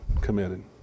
committed